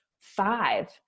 five